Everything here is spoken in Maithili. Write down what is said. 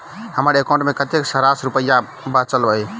हम्मर एकाउंट मे कतेक रास रुपया बाचल अई?